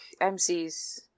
MC's